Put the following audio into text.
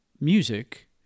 music